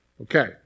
Okay